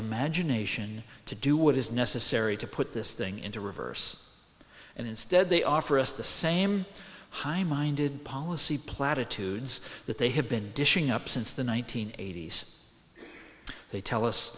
imagination to do what is necessary to put this thing into reverse and instead they offer us the same high minded policy platitudes that they have been dishing up since the one nine hundred eighty s they tell us